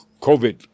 COVID